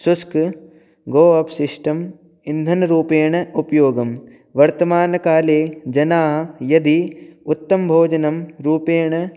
शुष्कगो अवशिष्टम् ईन्धनरूपेण उपयोगं वर्तमानकाले जनाः यदि उत्तमभोजनं रूपेण